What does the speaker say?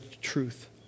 truth